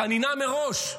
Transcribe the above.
חנינה מראש.